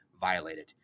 violated